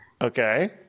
Okay